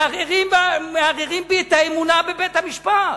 מערערים בי את האמונה בבית-המשפט.